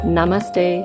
Namaste